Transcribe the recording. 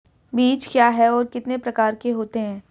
बीज क्या है और कितने प्रकार के होते हैं?